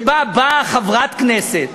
שבאה חברת כנסת